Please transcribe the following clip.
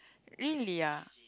really ah